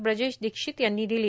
ब्रिजेश दीक्षित यांनी दिली